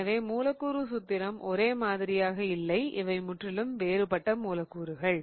எனவே மூலக்கூறு சூத்திரம் ஒரே மாதிரியாக இல்லை இவை முற்றிலும் வேறுபட்ட மூலக்கூறுகள்